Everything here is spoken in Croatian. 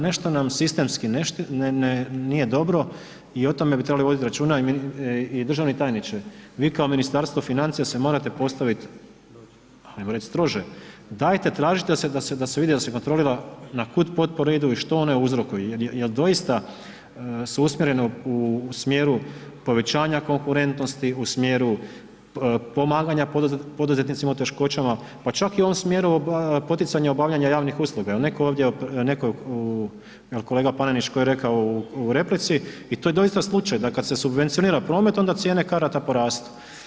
Nešto nam sistemski nije dobro i o tome bi trebali voditi računa i državni tajniče vi kao Ministarstvo financije se morate postavit, ajmo reći strože, dajte tražite da se vidi da se kontrolira na kud potpore idu i što one uzrokuju, jel doista su usmjerene u smjeru povećanja konkurentnosti, u smjeru pomaganja poduzetnicima u teškoćama i čak i u ovom smjeru poticanja obavljanja javnih usluga, jel netko ovdje jel kolega Panenić, ko je rekao u replici, i to je doista slučaj da kad se subvencionira promet onda cijene karata porastu.